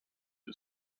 who